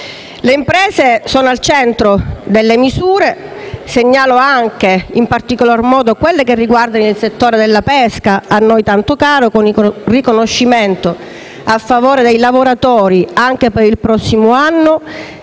Le imprese sono al centro delle misure. Segnalo anche, in particolare, quelle che riguardano il settore della pesca, a noi tanto caro, con il riconoscimento a favore dei lavoratori, anche per il prossimo anno,